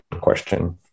question